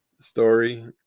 story